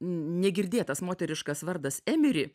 negirdėtas moteriškas vardas emiri